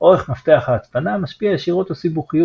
אורך מפתח ההצפנה משפיע ישירות על סיבוכיות